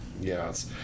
Yes